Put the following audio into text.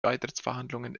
beitrittsverhandlungen